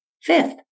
Fifth